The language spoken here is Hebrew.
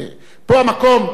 פה המקום,